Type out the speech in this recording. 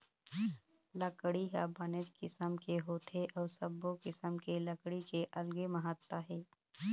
लकड़ी ह बनेच किसम के होथे अउ सब्बो किसम के लकड़ी के अलगे महत्ता हे